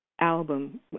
album